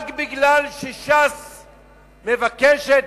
רק מפני שש"ס מבקשת?